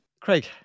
Craig